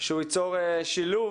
שהוא ייצור שילוב